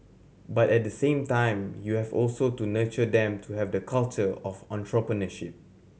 but at the same time you have also to nurture them to have the culture of entrepreneurship